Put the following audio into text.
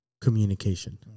communication